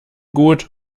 gut